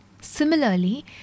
Similarly